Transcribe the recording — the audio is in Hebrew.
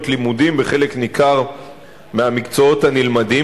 לימודים בחלק ניכר מהמקצועות הנלמדים,